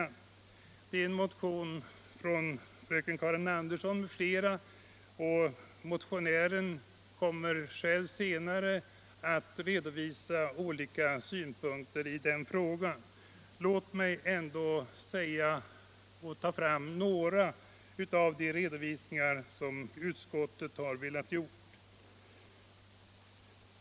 Den behandlas i en motion av fröken Karin Andersson m.fl. Motionären kommer själv senare att redovisa olika synpunkter i den frågan. Låt mig ändå få föra fram några redovisningar som utskottet har velat göra.